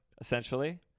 essentially